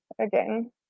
again